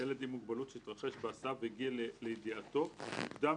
ילד עם מוגבלות שהתרחש בהסעה והגיע לידיעתו מוקדם